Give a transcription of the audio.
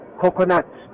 coconuts